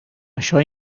això